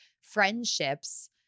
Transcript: friendships